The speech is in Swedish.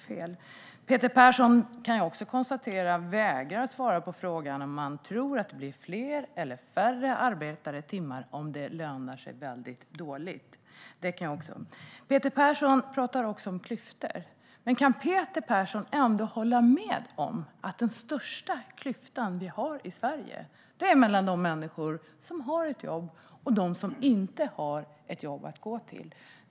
Jag kan konstatera att Peter Persson vägrar att svara på frågan om han tror att det blir fler eller färre arbetade timmar om det lönar sig väldigt dåligt. Peter Persson pratade om klyftor, men kan han ändå hålla med om att den största klyftan i Sverige är den mellan människor som har ett jobb att gå till och de som inte har det?